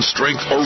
Strength